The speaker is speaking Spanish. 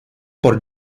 por